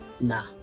nah